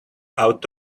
out